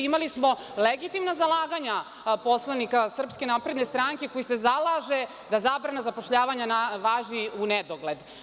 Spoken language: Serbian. Imali smo legitimna zalaganja poslanika SNS koji se zalaže da zabrana zapošljavanja važi u nedogled.